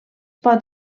pot